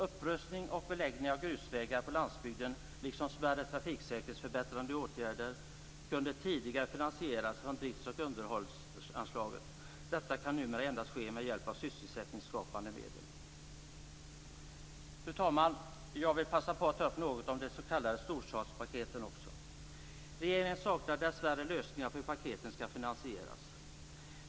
Upprustning och beläggning av grusvägar på landsbygden liksom smärre trafiksäkerhetsförbättrande åtgärder kunde tidigare finansieras från drifts och underhållsanslaget. Det kan numera endast ske med hjälp av sysselsättningsskapande medel. Fru talman! Jag vill passa på att ta upp något om de s.k. storstadspaketen också. Regeringen saknar dessvärre lösningar på hur paketen skall finansieras.